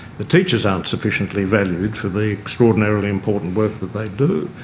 the teachers aren't sufficiently valued for the extraordinarily important work that they do.